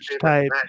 type